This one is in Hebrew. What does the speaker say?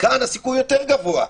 כאן הסיכוי יותר גבוה.